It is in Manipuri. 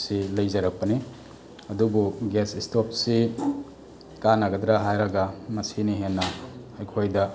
ꯁꯤ ꯂꯩꯖꯔꯛꯄꯅꯤ ꯑꯗꯨꯕꯨ ꯒ꯭ꯌꯥꯁ ꯏꯁꯇꯣꯞꯁꯤ ꯀꯥꯟꯅꯒꯗ꯭ꯔꯥ ꯍꯥꯏꯔꯒ ꯃꯁꯤꯅ ꯍꯦꯟꯅ ꯑꯩꯈꯣꯏꯗ